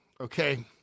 Okay